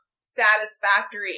satisfactory